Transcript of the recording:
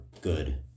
good